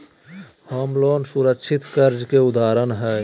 home loan सुरक्षित कर्ज के उदाहरण हय